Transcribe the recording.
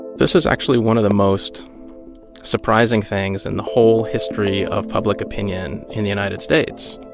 this is actually one of the most surprising things in the whole history of public opinion in the united states.